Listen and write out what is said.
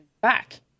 back